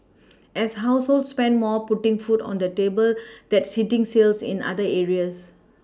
as households spend more putting food on the table that's hitting sales in other areas